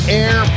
air